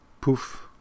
poof